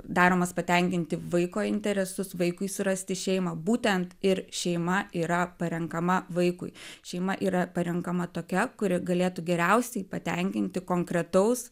daromas patenkinti vaiko interesus vaikui surasti šeimą būtent ir šeima yra parenkama vaikui šeima yra parenkama tokia kuri galėtų geriausiai patenkinti konkretaus